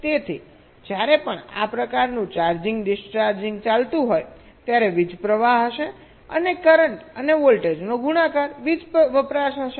તેથી જ્યારે પણ આ પ્રકારનું ચાર્જિંગ ડિસ્ચાર્જિંગ ચાલતું હોય ત્યારે વીજપ્રવાહ હશે અને કરંટ અને વોલ્ટેજનો ગુણાકાર વીજ વપરાશ હશે